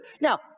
Now